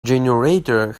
generator